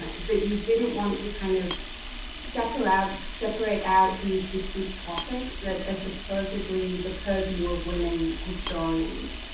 that that you didn't want to kind of separate out separate out these discrete topics, that supposedly the purview of women historians,